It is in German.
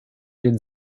den